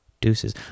deuces